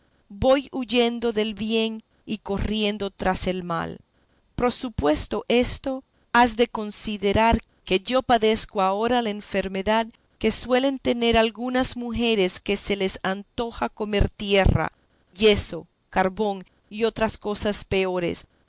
voy huyendo del bien y corriendo tras el mal prosupuesto esto has de considerar que yo padezco ahora la enfermedad que suelen tener algunas mujeres que se les antoja comer tierra yeso carbón y otras cosas peores